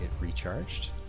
recharged